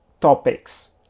topics